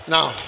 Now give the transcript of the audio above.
Now